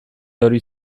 hori